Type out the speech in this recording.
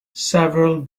several